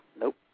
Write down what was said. Nope